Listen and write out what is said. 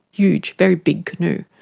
huge, very big canoe.